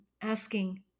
asking